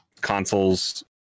Consoles